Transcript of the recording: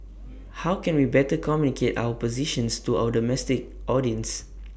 how can we better our positions to our domestic audience